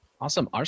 awesome